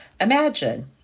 Imagine